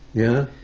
yeah.